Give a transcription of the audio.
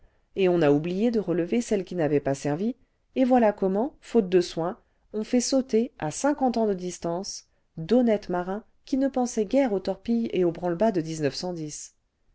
et on a oublié de relever celles qui n'avaient pas servi et voilà comment faute de soin on fait sauter à'cinquante ans cle distance d'honnêtes marins qui ne pensaient guère aux torpilles et au branle-bas cle